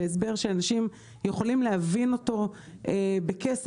בהסבר שאנשים יכולים להבין אותו בכסף,